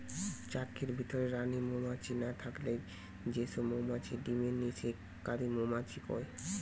চাকের ভিতরে রানী মউমাছি না থাকলে যে সব মউমাছি ডিমের নিষেক কারি মউমাছি কয়